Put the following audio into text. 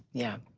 yeah.